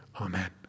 amen